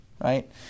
right